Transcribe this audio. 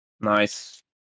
Nice